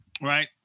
right